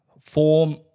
form